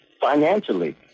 financially